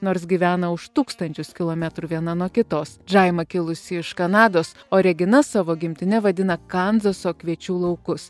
nors gyvena už tūkstančius kilometrų viena nuo kitos džaima kilusi iš kanados o regina savo gimtine vadina kanzaso kviečių laukus